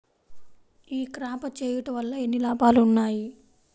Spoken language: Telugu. ఈ క్రాప చేయుట వల్ల ఎన్ని లాభాలు ఉన్నాయి?